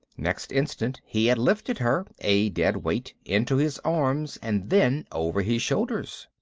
next instant he had lifted her, a dead weight, into his arms and then over his shoulders.